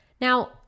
Now